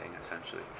essentially